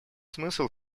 смысл